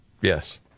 Yes